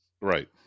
Right